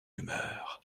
humeur